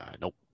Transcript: nope